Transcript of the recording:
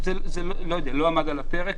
זה לא עמד על הפרק.